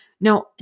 Now